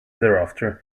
thereafter